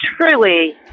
truly